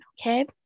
okay